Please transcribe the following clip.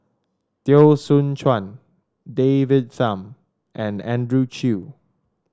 Teo Soon Chuan David Tham and Andrew Chew